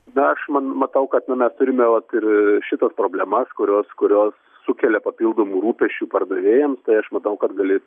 na aš man matau kad nu mes turime vat ir šitas problemas kurios kurios sukelia papildomų rūpesčių pardavėjams tai aš matau kad gali